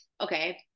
Okay